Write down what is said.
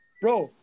bro